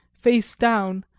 face down,